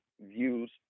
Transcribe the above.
views